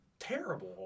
terrible